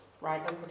Right